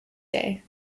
day